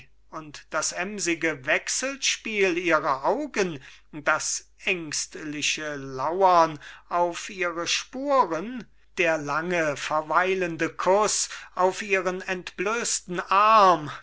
und das emsige wechselspiel ihrer augen das ängstliche lauren auf ihre spuren der lange verweilende kuß auf ihren entblößten arm